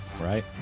Right